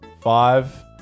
Five